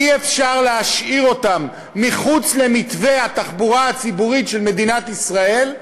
אי-אפשר להשאיר אותם מחוץ למתווה התחבורה הציבורית של מדינת ישראל,